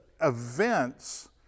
events